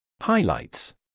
Highlights